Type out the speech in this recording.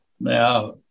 Now